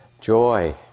Joy